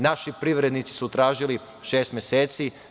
Naši privrednici su tražili šest meseci.